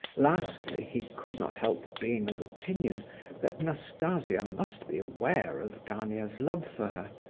lastly, he could not help being of opinion that nastasia must be aware of gania's love for her,